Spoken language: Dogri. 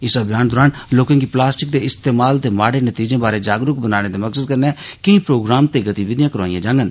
इस अभियान दौरान लोके गी प्लास्टिक दे इस्तेमाल दे मांडे नतीजें बारै जागरूक बनाने दे मकसद कन्नै केई प्रोग्राम ते गतिविधियां करोआईयां जाडन